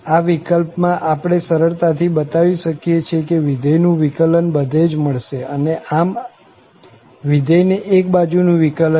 આ વિકલ્પમાં આપણે સરળતાથી બતાવી શકીએ છીએ કે વિધેય નું વિકલન બધે જ મળશે અને આમ વિધેય ને એક બાજુનું વિકલન છે